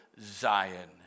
Zion